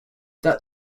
that